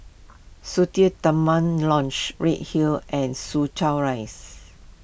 Sungei Tengah Lodge Redhill and Soo Chow Rise